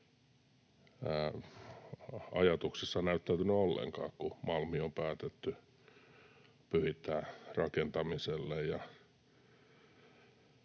ajatuksessa näyttäytynyt ollenkaan, kun Malmi on päätetty pyhittää rakentamiselle.